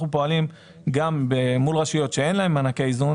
פועלים גם מול רשויות שאין להן מענקי איזון,